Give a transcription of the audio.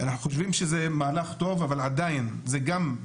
אנחנו חושבים שזה מהלך טוב אבל עדיין מבחינה